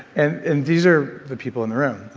and and these are the people in the room.